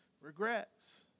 regrets